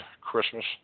Christmas